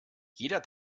jeder